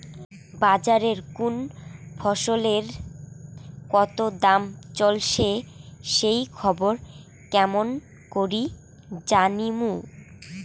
বাজারে কুন ফসলের কতো দাম চলেসে সেই খবর কেমন করি জানীমু?